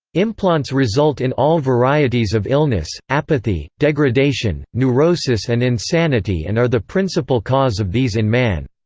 implants result in all varieties of illness, apathy, degradation, neurosis and insanity and are the principal cause of these in man.